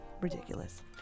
Ridiculous